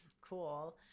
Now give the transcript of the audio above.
Cool